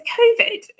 COVID